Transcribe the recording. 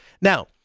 now